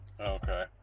Okay